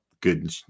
Good